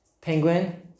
Penguin